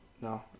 No